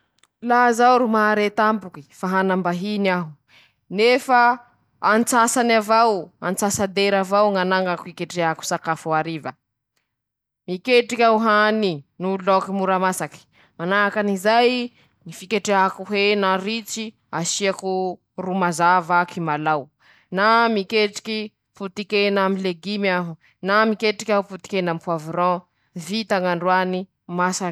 Laha zaho ro mpanday rapolany ka mandalo tsioky rahay: -ñy raha ho volañiko aminyñy mpandeha reñy mba tsy hampatahotsy an-drozy :tambetambeziko roze, ataoko ze rahahahatony an-drozy; mba tsy hampatahotsy an-drozy ;manahaky anizayñy fañazavako amin-drozy ñyraha misy, am-pilamina ;manahaky anizay ñy fañampiako an-drozy aminy ñy fiarova zay ;ñy fañetseketsehako an-drozy koa mba hana fahareta.